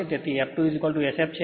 તેથી f2Sf છે